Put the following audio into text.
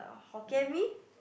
Hokkien-Mee